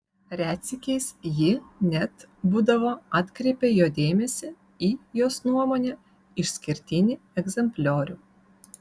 retsykiais ji net būdavo atkreipia jo dėmesį į jos nuomone išskirtinį egzempliorių